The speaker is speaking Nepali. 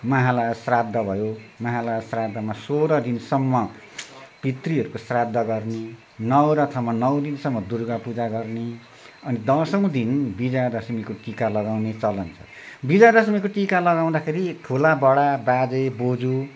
महालया श्राद्ध भयो महालया श्राद्धमा सोह्र दिनसम्म पितृहरूको श्राद्ध गर्ने नौरथामा नौ दिनसम्म दुर्गा पूजा गर्ने अनि दसौँ दिन विजया दसमीको दिन टिका लगाउने चलन छ विजया दसमीको टिका लगाउँदाखेरि ठुलाबडा बाजेबोजु